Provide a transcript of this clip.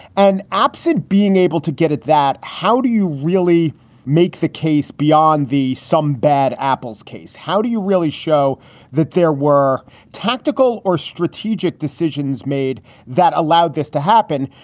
and opposite being able to get at that. how do you really make the case beyond the some bad apples case? how do you really show that there were tactical or strategic decisions made that allowed this to happen?